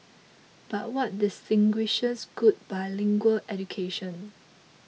but what distinguishes good bilingual education